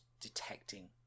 detecting